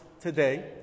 today